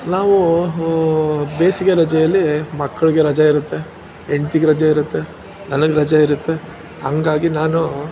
ನಾವು ಬೇಸಿಗೆ ರಜೆಯಲ್ಲಿ ಮಕ್ಕಳಿಗೆ ರಜೆ ಇರುತ್ತೆ ಹೆಂಡ್ತಿಗೆ ರಜೆ ಇರುತ್ತೆ ನನಗೆ ರಜೆ ಇರುತ್ತೆ ಹಂಗಾಗಿ ನಾನು